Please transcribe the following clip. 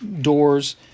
doors